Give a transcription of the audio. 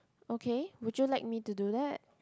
okay would you like me to do that